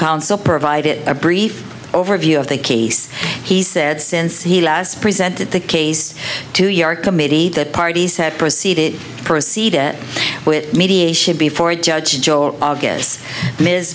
counsel provided a brief overview of the case he said since he last presented the case to your committee that parties have proceeded to proceed it with mediation before a judge or august ms